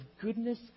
goodness